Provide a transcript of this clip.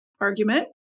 argument